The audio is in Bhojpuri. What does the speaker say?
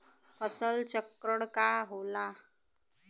फसल चक्रण का होला?